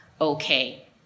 okay